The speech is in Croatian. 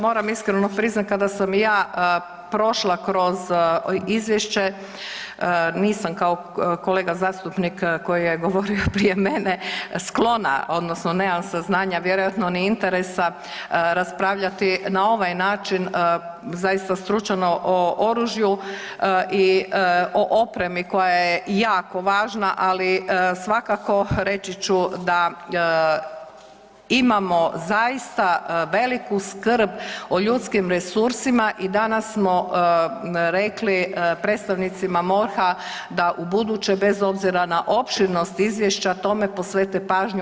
Moram iskreno priznati kada sam ja prošla kroz izvješće, nisam kao kolega zastupnik koji je govorio prije mene, sklona odnosno nemam saznanja vjerojatno ni interesa raspravljati na ovaj način zaista stručno o oružju i o opremi koja je jako važna, ali svakako reći ću da imamo zaista veliku skrb o ljudskim resursima i danas smo rekli predstavnicima MORH-a da ubuduće bez obzira na opširnost izvješća tome posvete pažnju.